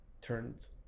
turns